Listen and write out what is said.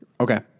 Okay